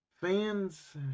Fans